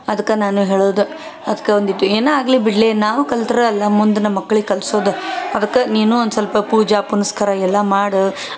ಅದಕ್ಕೆ ನಾನು ಹೇಳೋದು ಅದ್ಕೆ ಒಂದು ಇಟ್ಟು ಏನೇ ಆಗಲಿ ಬಿಡಲಿ ನಾವು ಕಲಿತ್ರಲ್ಲ ಮುಂದೆ ನಮ್ಮ ಮಕ್ಳಿಗೆ ಕಲಿಸೋದು ಅದಕ್ಕೆ ನೀನು ಒಂದು ಪೂಜೆ ಪುನಸ್ಕಾರ ಎಲ್ಲ ಮಾಡು